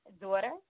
Daughter